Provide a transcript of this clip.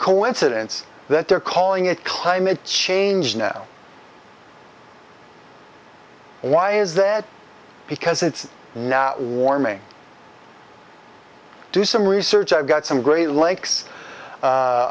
coincidence that they're calling it climate change now why is that because it's now warming do some research i've got some great lakes